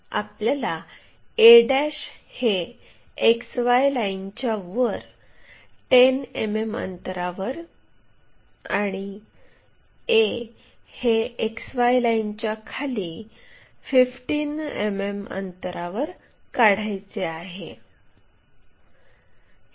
आपल्याला a हे XY लाईनच्या वर 10 मिमी अंतरावर आणि a हे XY लाईनच्या खाली 15 मिमी अंतरावर काढायचे आहे